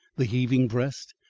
the heaving breast!